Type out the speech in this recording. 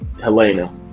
Helena